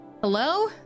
hello